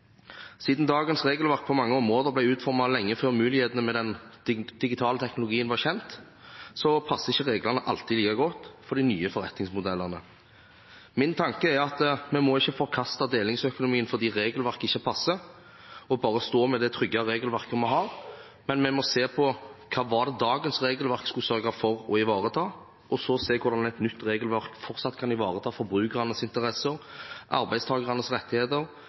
Siden dagens regelverk på mange områder ble utformet lenge før mulighetene med den digitale teknologien var kjent, passer ikke reglene alltid like godt for de nye forretningsmodellene. Min tanke er at vi må ikke forkaste delingsøkonomien fordi regelverket ikke passer, og bare stå med det trygge regelverket vi har, men vi må se på hva dagens regelverk skulle sørge for å ivareta, og så se hvordan et nytt regelverk fortsatt kan ivareta forbrukernes interesser, arbeidstakernes rettigheter,